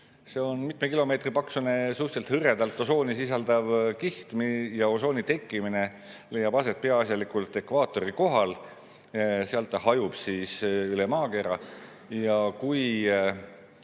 See on mitme kilomeetri paksune, suhteliselt hõredalt osooni sisaldav kiht. Ja osooni tekkimine leiab aset peaasjalikult ekvaatori kohal. Sealt ta hajub üle maakera. Kui